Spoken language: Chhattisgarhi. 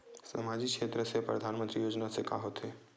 सामजिक क्षेत्र से परधानमंतरी योजना से का होथे?